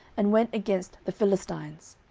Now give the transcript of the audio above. and went against the philistines